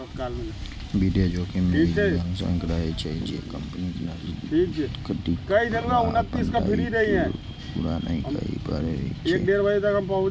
वित्तीय जोखिम मे ई आशंका रहै छै, जे कंपनीक नकदीक प्रवाह अपन दायित्व पूरा नहि कए पबै छै